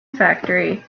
factory